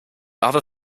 other